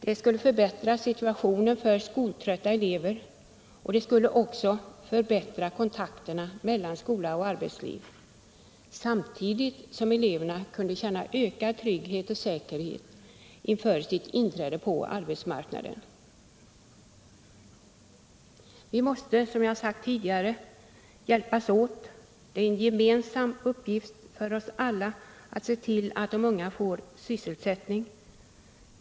Det skulle förbättra situationen för skoltrötta elever, och det skulle också förbättra kontakterna mellan skola och arbetsliv, samtidigt som eleverna kunde känna ökad trygghet och säkerhet inför sitt inträde på arbetsmarknaden. Vi måste, som jag sagt tidigare, hjälpas åt. Det är en gemensam uppgift för ossaalla att se till att de unga får sysselsättning.